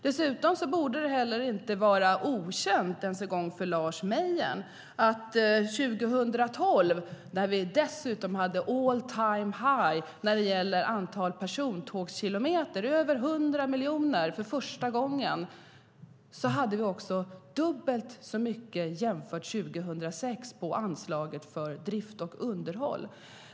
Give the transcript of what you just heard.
Dessutom borde det inte vara okänt för Lars Mejern att vi 2012 - när vi dessutom hade all time high när det gäller antal persontågskilometer, över 100 miljoner för första gången - hade dubbelt så mycket som 2006 på anslaget för drift och underhåll.